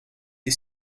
est